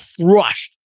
crushed